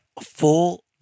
full